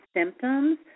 symptoms